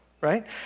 right